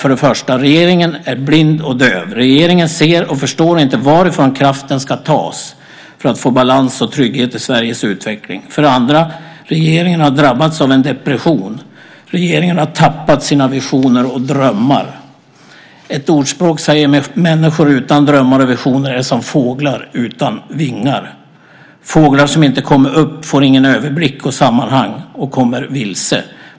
För det första är regeringen blind och döv. Regeringen ser inte och förstår inte varifrån kraften ska tas för att få balans och trygghet i Sveriges utveckling. För det andra har regeringen drabbats av en depression. Regeringen har tappat sina visioner och drömmar. Det finns ett ordspråk som säger att människor utan drömmar och visioner är som fåglar utan vingar. De är fåglar som inte kommer upp. De får ingen överblick och inget sammanhang - och kommer vilse.